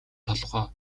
толгой